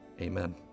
amen